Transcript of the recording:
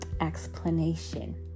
explanation